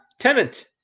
Tenant